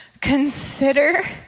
Consider